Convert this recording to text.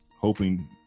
hoping